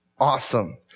Awesome